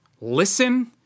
listen